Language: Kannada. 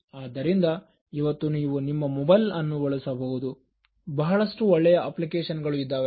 ಆದ್ದರಿಂದ ಇವತ್ತು ನೀವು ನಿಮ್ಮ ಮೊಬೈಲ್ ಅನ್ನು ಬಳಸಬಹುದು ಬಹಳಷ್ಟು ಒಳ್ಳೆಯ ಅಪ್ಲಿಕೇಶನ್ ಗಳು ಇದ್ದಾವೆ